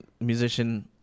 musician